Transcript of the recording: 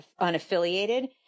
unaffiliated